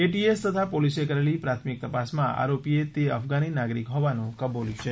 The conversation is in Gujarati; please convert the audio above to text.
એટીએસ તથા પોલીસે કરેલી પ્રાથમિક તપાસમાં આરોપીએ તે અફઘાની નાગરિક હોવાનું કબૂલ્યું છે